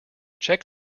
check